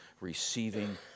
receiving